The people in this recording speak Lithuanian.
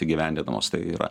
įgyvendinamos tai yra